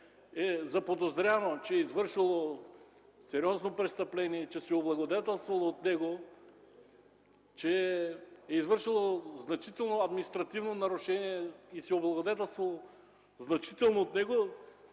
е заподозряно, че е извършило сериозно престъпление, че се е облагодетелствало от него, че е извършило значително административно нарушение и се е облагодетелствало значително от него,